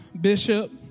Bishop